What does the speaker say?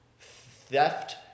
theft